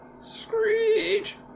Screech